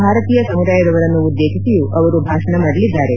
ಭಾರತೀಯ ಸಮುದಾಯದವರನ್ನು ಉದ್ದೇತಿಸಿಯೂ ಅವರು ಭಾಷಣ ಮಾಡಲಿದ್ದಾರೆ